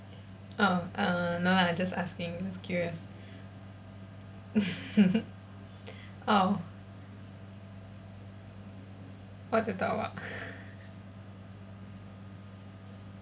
uh uh no lah just asking just curious oh what to talk about